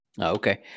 Okay